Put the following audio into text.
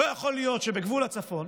לא יכול להיות שבגבול הצפון